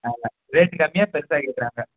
ஆமாம் ரேட்டு கம்மியாக பெருசாக கேட்குறாங்க